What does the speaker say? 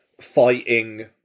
fighting